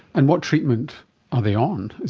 and what treatment are they on?